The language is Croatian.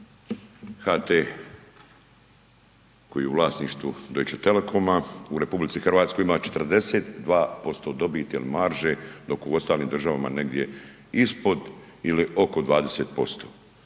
HT koji je u vlasništvu Deutsche telekoma u RH ima 42% dobiti il maže dok u ostalim državama negdje ispod ili oko 20%.